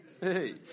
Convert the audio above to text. Hey